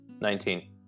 Nineteen